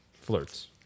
Flirts